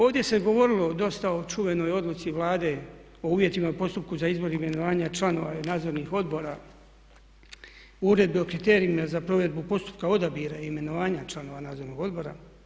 Ovdje se govorilo dosta o čuvenoj odluci Vlade po uvjetima, postupku za izbor imenovanja članova i Nadzornih odbora, uredba o kriterijima za provedbu postupka odabira imenovanja članova Nadzornog odbora.